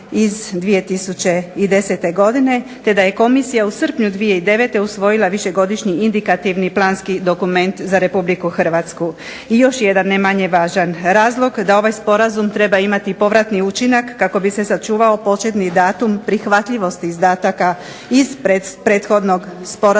iz 2010. godine te da je komisija u srpnju 2009. usvojila višegodišnji indikativni planski dokument za RH. I još jedan, ne manje važan, razlog da ovaj sporazum treba imati povratni učinak kako bi se sačuvao početni datum prihvatljivosti izdataka iz prethodnog sporazuma.